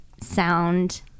sound